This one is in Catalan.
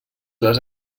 les